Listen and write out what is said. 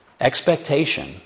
Expectation